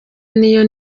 niyo